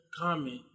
comment